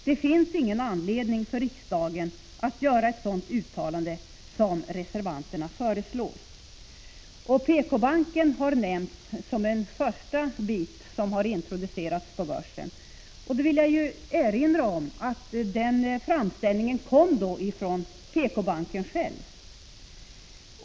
PK-banken har nämnts som exempel när man talat om ett första steg på vägen mot introduktion av statliga företag på börsen. Jag vill då erinra om att framställning i det fallet gjordes av PK-banken själv.